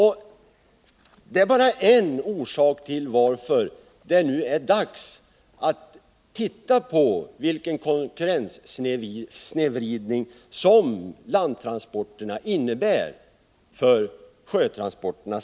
Detta är bara en orsak till att det nu är dags att se på vilken konkurrenssnedvridning landtransporterna innebär för sjötransporterna.